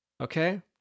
Okay